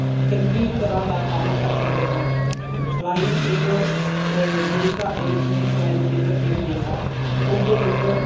ਚੰਗੀ ਤਰ੍ਹਾਂ ਦਾ ਕੰਮ ਕਰ ਸਕਦੇ ਹਾਂ ਸਿਲਾਈ ਇੱਕ ਜਿਹੜੀ ਘਰ ਦੇ ਵਿੱਚ ਅਸੀਂ ਸਿਲਾਈ ਮਸ਼ੀਨ ਰੱਖੀ ਹੁੰਦੀ ਹੈ ਉਸ ਦੇ ਵਿੱਚ